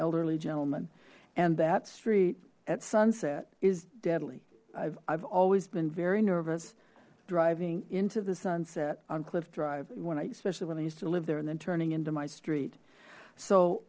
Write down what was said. elderly gentleman and that street at sunset is deadly i've always been very nervous driving into the sunset on cliff drive when i especially when i used to live there and then turn into my street so